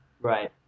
Right